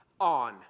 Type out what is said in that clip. on